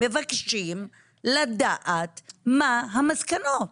מבקשים לדעת מה המסקנות.